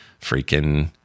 freaking